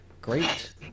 great